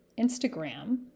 Instagram